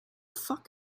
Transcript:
fuck